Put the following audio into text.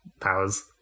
powers